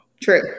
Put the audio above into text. True